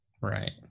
Right